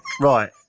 right